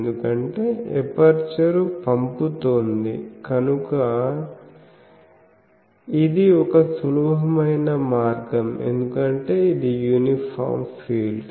ఎందుకంటే ఎపర్చరు పంపుతోంది కనుక ఇది ఒక సులభమైన మార్గం ఎందుకంటే ఇది యూనిఫామ్ ఫీల్డ్